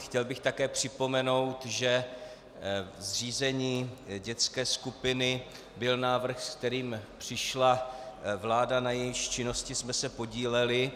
Chtěl bych také připomenout, že zřízení dětské skupiny byl návrh, se kterým přišla vláda, na jejíž činnosti jsme se podíleli.